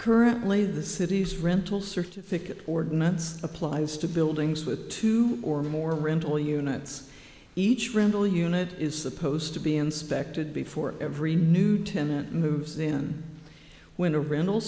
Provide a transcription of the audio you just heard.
currently the city's rental certificate ordinance applies to buildings with two or more rental units each rental unit is supposed to be inspected before every new tenant moves in when a rental